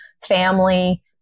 family